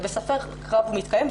וספק רב אם הוא מתקיים,